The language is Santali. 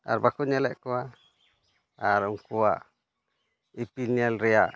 ᱟᱨ ᱵᱟᱠᱚ ᱧᱮᱞᱮᱫ ᱠᱚᱣᱟ ᱟᱨ ᱩᱱᱠᱩᱣᱟᱜ ᱤᱯᱤᱞ ᱧᱮᱞ ᱨᱮᱭᱟᱜ